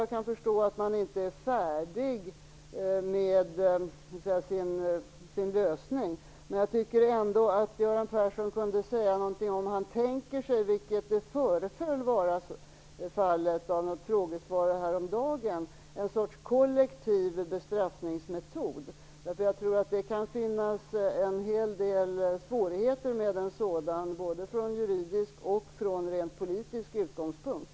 Jag kan förstå att man inte är färdig med sin lösning, men jag tycker ändå att Göran Persson kunde säga någonting om vad han tänker sig. I ett frågesvar häromdagen föreföll det att vara någon sorts kollektiv bestraffningsmetod. Jag tror att det kan finnas en hel del svårigheter med en sådan, både från juridisk och från rent politisk utgångspunkt.